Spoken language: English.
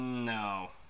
No